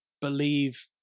believe